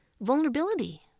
vulnerability